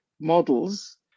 models